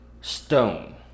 stone